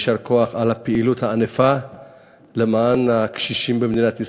יישר כוח על הפעילות הענפה למען הקשישים במדינת ישראל.